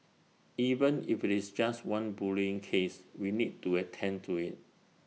even if it's just one bullying case we need to attend to IT